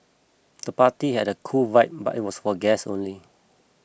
the party had a cool vibe but it was for guests only